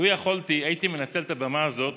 לו יכולתי הייתי מנצל את הבמה הזאת